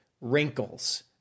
wrinkles